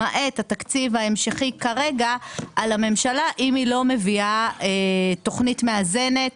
למעט תקציב המשכי במידה והממשלה לא מביאה תוכנית מאזנת,